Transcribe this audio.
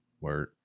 Word